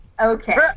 Okay